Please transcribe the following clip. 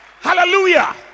Hallelujah